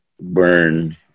burn